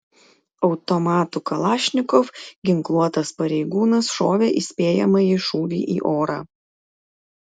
automatu kalašnikov ginkluotas pareigūnas šovė įspėjamąjį šūvį į orą